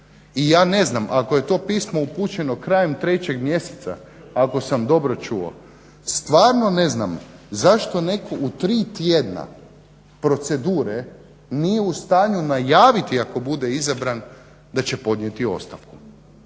I ja ne znam ako je to pismo upućeno krajem 3.mjeseca, ako sam dobro čuo, stvarno ne znam zašto netko u tri tjedna procedure nije u stanju najaviti ako bude izabran da će podnijeti ostavku.